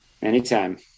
Anytime